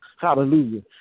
Hallelujah